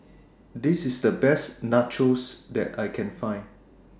This IS The Best Nachos that I Can Find